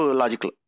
logical